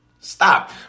Stop